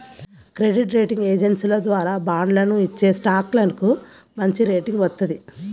credit rating ఏజెన్సీల ద్వారా బాండ్లను ఇచ్చేస్టాక్లకు మంచిరేటింగ్ వత్తది